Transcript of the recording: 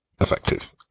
effective